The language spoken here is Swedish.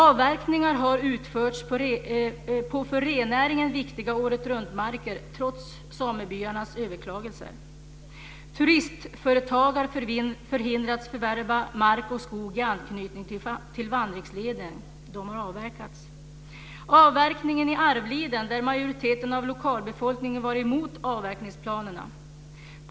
· Avverkningar har utförts på för rennäringen viktiga åretruntmarker, trots samebyarnas överklaganden. · Turistföretag har förhindrats förvärva mark och skog i anknytning till vandringsleder. Den har avverkats. · Avverkning har skett i Arvliden, där majoriteten av lokalbefolkningen var emot avverkningsplanerna.